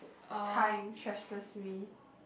time stresses me